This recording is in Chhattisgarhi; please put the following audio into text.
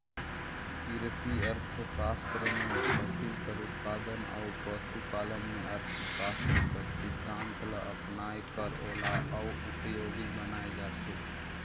किरसी अर्थसास्त्र में फसिल कर उत्पादन अउ पसु पालन में अर्थसास्त्र कर सिद्धांत ल अपनाए कर ओला अउ उपयोगी बनाए जाथे